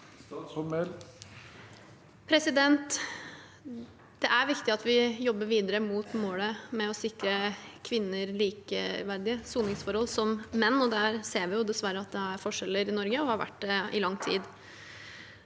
Det er viktig at vi jobber videre mot målet om å sikre kvinner likeverdige soningsforhold med menn. Vi ser dessverre at det er forskjeller i Norge og har vært det i lang tid.